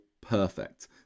perfect